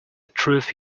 truth